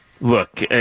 look